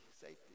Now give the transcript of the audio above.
safety